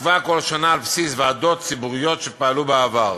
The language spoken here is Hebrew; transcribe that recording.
נקבע כל שנה על בסיס ועדות ציבוריות שפעלו בעבר.